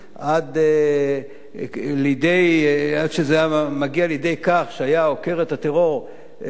עד שזה היה מגיע לידי כך שהיה עוקר את הטרור מרצועת-עזה,